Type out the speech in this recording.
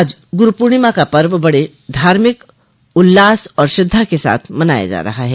आज गुरू पूर्णिमा का पर्व बड़े धार्मिक उल्लास और श्रद्धा के साथ मनाया जा रहा है